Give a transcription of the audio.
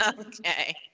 Okay